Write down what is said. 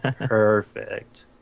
Perfect